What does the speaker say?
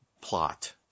plot